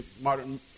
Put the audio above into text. Modern